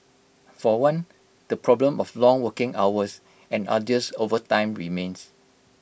for one the problem of long working hours and arduous overtime remains